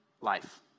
life